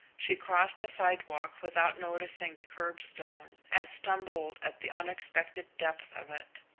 she crossed the sidewalk without noticing the curbstone, and stumbled at the unexpected depth of it.